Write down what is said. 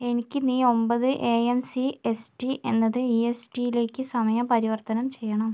എനിക്ക് നീ ഒമ്പത് A M C S T എന്നത് ഇ എസ് ടി യിലേക്ക് സമയം പരിവർത്തനം ചെയ്യണം